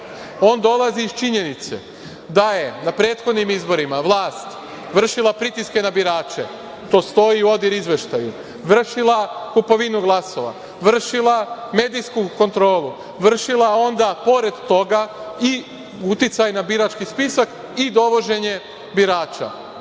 On dolazi iz činjenice da je na prethodnim izborima vlast vršila pritiske na birače, to stoji u ODIHR izveštaju, vršila kupovinu glasova, vršila medijsku kontrolu, vršila onda, pored toga, i uticaj na birački spisak i dovoženje birača.